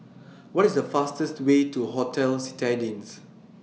What IS The fastest Way to Hotel Citadines